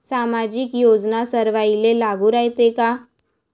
सामाजिक योजना सर्वाईले लागू रायते काय?